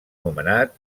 nomenat